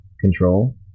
control